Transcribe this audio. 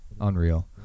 unreal